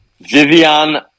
Vivian